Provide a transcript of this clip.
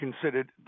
considered